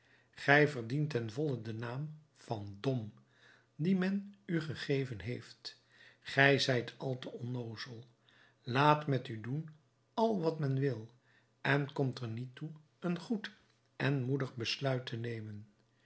gij verdient ten volle den naam van dom dien men u gegeven heeft gij zijt al te onnoozel laat met u doen al wat men wil en komt er niet toe een goed en moedig besluit te nemen